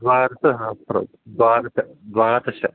द्वादश सहस्रं द्वादश द्वादश